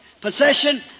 possession